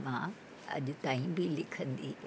मां अॼु ताईं बि लिखंदी आहियां